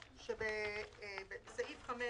כששאלנו את עצמנו בסעיף 5